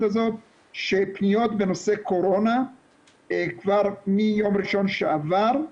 הזאת שפניות בנושא קורונה כבר מיום ראשון שעבר,